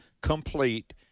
complete